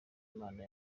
imana